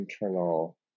internal